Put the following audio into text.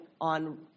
on